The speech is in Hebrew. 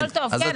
אז כן.